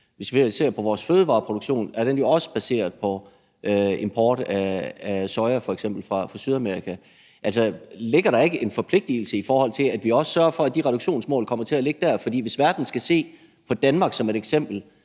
Hvis vi ser på vores fødevareproduktion, er den jo også baseret på import af f.eks. soja fra Sydamerika. Ligger der ikke en forpligtelse, i forhold til at vi også sørger for, at de reduktionsmål kommer til at ligge der? For hvis verden skal se på Danmark som et eksempel,